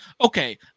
okay